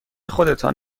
خودتان